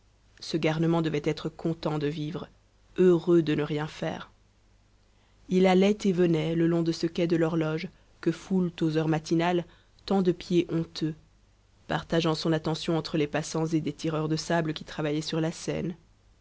ce garnement devait être content de vivre heureux de ne rien faire il allait et venait le long de ce quai de l'horloge que foulent aux heures matinales tant de pieds honteux partageant son attention entre les passants et des tireurs de sable qui travaillaient sur la seine